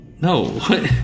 No